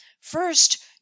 first